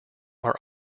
are